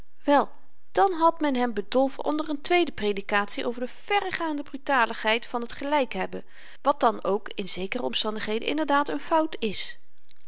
wel dan had men hem bedolven onder n tweede predikatie over de verregaande brutaligheid van t gelykhebben wat dan ook in zekere omstandigheden inderdaad n fout is